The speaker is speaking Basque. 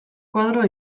koadro